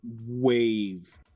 wave